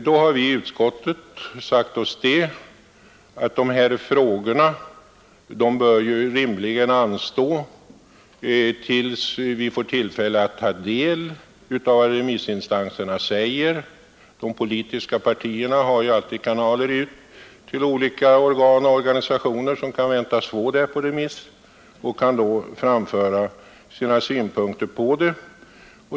Då har vi i utskottet sagt oss att dessa frågor rimligen bör anstå tills vi får tillfälle att ta del av vad remissinstanserna yttrar. De politiska partierna har ju alltid kanaler till olika organ och organisationer vilka kan väntas få promemorian på remiss och kan då väntas få tillfälle att framföra sina synpunkter på den.